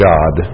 God